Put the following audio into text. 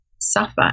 suffer